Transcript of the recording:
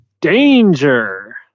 Danger